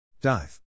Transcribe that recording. Dive